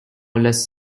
less